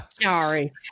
sorry